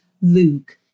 Luke